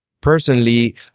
personally